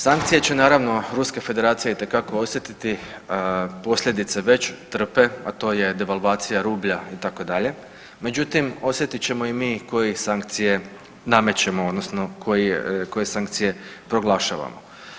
Sankcije će naravno Ruske Federacije itekako osjetiti, posljedice već trpe, a to je devalvacija rublja itd., međutim osjetit ćemo i mi koji sankcije namećemo odnosno sankcije proglašavamo.